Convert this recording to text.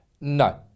No